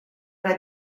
era